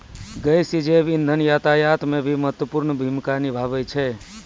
गैसीय जैव इंधन यातायात म भी महत्वपूर्ण भूमिका निभावै छै